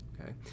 okay